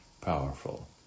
powerful